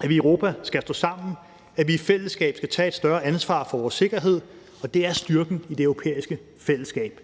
at vi i Europa skal stå sammen, at vi i fællesskab skal tage et større ansvar for vores sikkerhed, og det er styrken i det europæiske fællesskab.